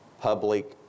public